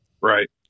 Right